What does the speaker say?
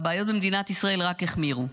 והבעיות במדינת ישראל רק החמירו.